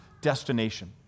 destination